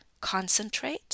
concentrate